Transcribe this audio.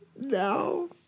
No